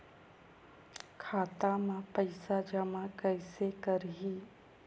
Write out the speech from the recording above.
खाता म पईसा जमा कइसे करही?